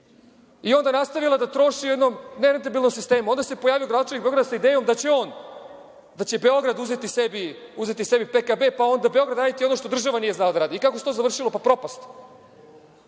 I, onda nastavila da troši u jednom nerentabilnom sistemu. Onda se pojavio gradonačelnik Beograda sa idejom da će on, da će Beograd uzeti sebi PKB, pa onda Beograd raditi ono što država nije znala. Kako se to završava? Pa, propast.